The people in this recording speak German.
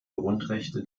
grundrechte